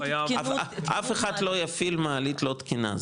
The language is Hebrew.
אף אחד לא יפעיל מעלית לא תקינה,